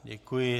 Děkuji.